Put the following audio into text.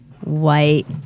white